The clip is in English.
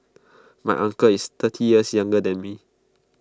my uncle is thirty years younger than me